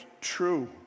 true